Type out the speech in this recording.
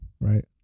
Right